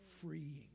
freeing